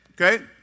Okay